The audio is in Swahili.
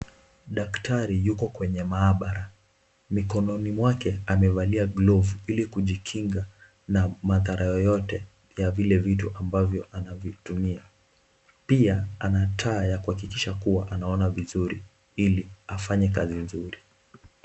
Daktari yuko kwenye maabara mikononi mwake amevalia glovu ili kujikinga na madhara yoyote ya vile vitu ambavyo anavitumia, pia anataa ya kuhakikisha kuwa anaona vizuri ili afanye kazi nzuri.